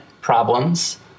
problems